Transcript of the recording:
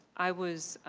i was